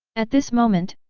at this moment,